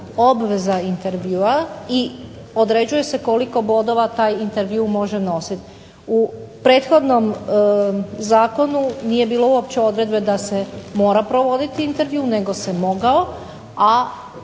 obveza intervjua, i određuje se koliko bodova taj intervju može nositi. U prethodnom zakonu nije bilo uopće odredbe da se mora provoditi intervju, nego se mogao, a